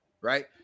right